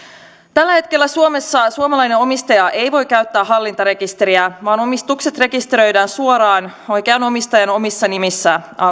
tällä hetkellä suomessa suomalainen omistaja ei voi käyttää hallintarekisteriä vaan omistukset rekisteröidään suoraan oikean omistajan omissa nimissä